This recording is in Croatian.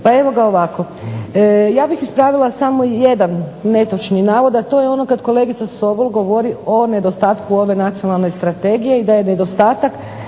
Pa evo ga ovako, ja bih ispravila samo jedan netočni navod, a to je ono kad kolegica Sobol govori o nedostatku ove nacionalne strategije i da je nedostatak